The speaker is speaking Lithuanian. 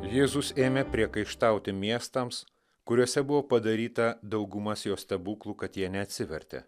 jėzus ėmė priekaištauti miestams kuriuose buvo padaryta daugumas jo stebuklų kad jie neatsivertė